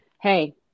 Hey